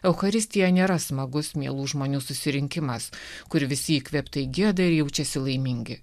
eucharistija nėra smagus mielų žmonių susirinkimas kur visi įkvėptai gieda ir jaučiasi laimingi